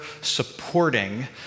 supporting